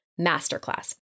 masterclass